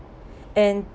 and